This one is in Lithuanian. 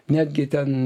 netgi ten